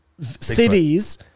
cities